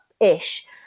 ish